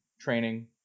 training